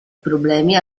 problemi